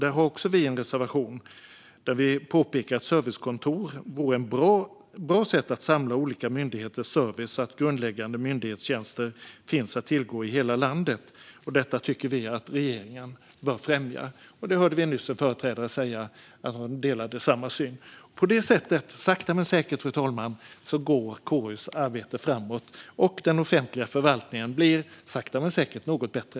Vi har också en reservation där vi påpekar att servicekontor vore ett bra sätt att samla olika myndigheters service, så att grundläggande myndighetstjänster finns att tillgå i hela landet. Detta tycker vi att regeringen bör främja. Vi hörde nyss en företrädare för Centern säga att han delade den synen. På det sättet går KU:s arbete sakta men säkert framåt, och den offentliga förvaltningen blir sakta men säkert något bättre.